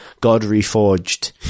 god-reforged